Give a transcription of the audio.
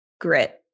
grit